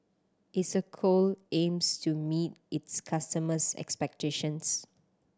Isocal aims to meet its customers' expectations